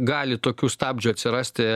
gali tokių stabdžių atsirasti